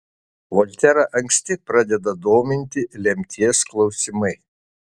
volterą anksti pradeda dominti lemties klausimai